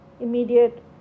immediate